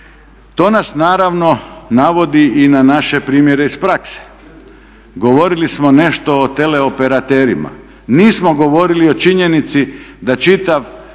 To nas naravno navodi i na naše primjere iz prakse. Govorili smo nešto o teleoperaterima, nismo govorili o činjenici da čitav